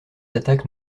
attaques